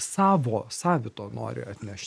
savo savito nori atnešt